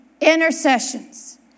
intercessions